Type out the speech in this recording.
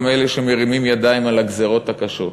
אלה שמרימים ידיים על הגזירות הקשות,